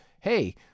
hey